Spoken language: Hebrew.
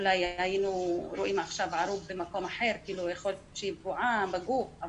אולי היינו רואים עכשיו שהיא הייתה נפגעת בגוף,